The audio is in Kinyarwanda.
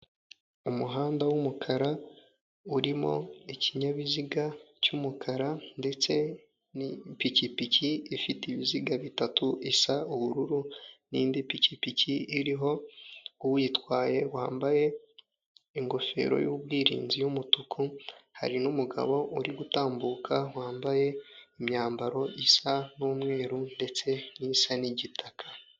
Umuhanda w'umukara urimo ikinyabiziga cy'umukara ndetse n'ipikipiki ifite ibiziga bitatu isa ubururu n'indi pikipiki iriho uyitwaye wambaye ingofero y'ubwirinzi y'umutuku, hari n'umugabo uri gutambuka wambaye imyambaro isa n'umweru ndetse n'isa n'igitaka.